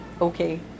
okay